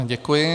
Děkuji.